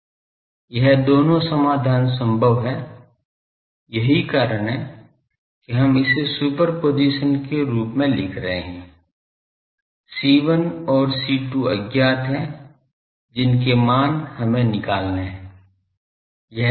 यह दोनों समाधान संभव हैं यही कारण है कि हम इसे सुपरपोजिशन के रूप में लिख रहे हैं C1 और C2 अज्ञात हैं जिनके मान हमें निकालने है